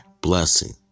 blessing